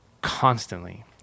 constantly